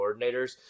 coordinators